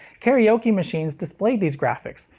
karaoke machines displayed these graphics,